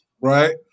Right